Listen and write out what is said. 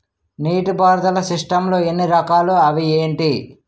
నీటిపారుదల సిస్టమ్ లు ఎన్ని రకాలు? అవి ఏంటి?